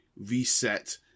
reset